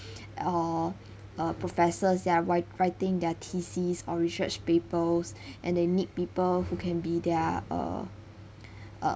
or uh professor they're write writing their thesis or research papers and they need people who can be they're uh